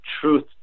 truth